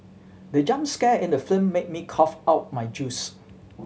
the jump scare in the film made me cough out my juice